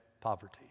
poverty